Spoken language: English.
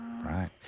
Right